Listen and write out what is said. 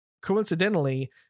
coincidentally